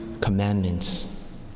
Commandments